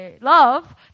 love